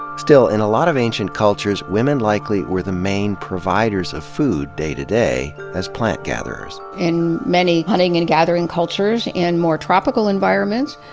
still, in a lot of ancient cultures, women likely were the main providers of food, day to day, as plant gatherers. in many hunting and gathering cultures in more tropica l environments,